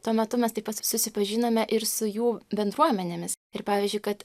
tuo metu mes taip pat susipažinome ir su jų bendruomenėmis ir pavyzdžiui kad